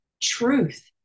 truth